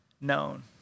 known